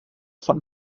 von